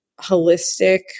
holistic